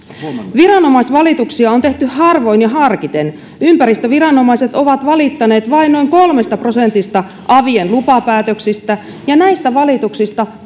viranomaisvalituksia on tehty harvoin ja harkiten ympäristöviranomaiset ovat valittaneet vain noin kolmesta prosentista avien lupapäätöksistä ja näistä valituksista